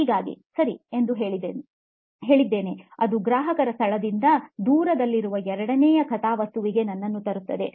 ಹಾಗಾಗಿ ಸರಿ ಎಂದು ಹೇಳಿದ್ದೇನೆ ಅದು ಗ್ರಾಹಕರ ಸ್ಥಳದಿಂದ ದೂರದಲ್ಲಿರುವ ಎರಡನೇ ಕಥಾವಸ್ತುವಿಗೆ ನನ್ನನ್ನು ತರುತ್ತದೆ